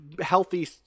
healthy